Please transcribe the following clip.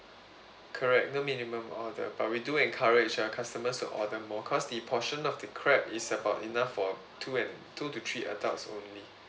correct no minimum order but we do encourage uh customers to order more cause the portion of the crab is about enough for two and two to three adults only